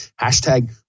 hashtag